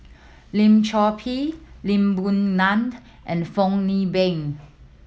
Lim Chor Pee Lee Boon Ngan and Fong Hoe Beng